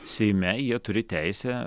seime jie turi teisę